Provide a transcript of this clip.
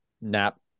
NAP